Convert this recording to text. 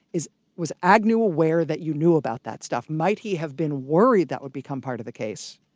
is was agnew aware that you knew about that stuff? might he have been worried that would become part of the case?